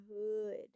hood